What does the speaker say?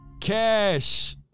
Cash